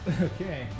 Okay